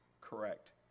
Correct